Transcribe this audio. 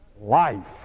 life